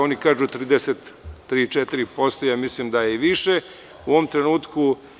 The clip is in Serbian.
Oni kažu 33% - 34%, a ja mislim da je i više u ovom trenutku.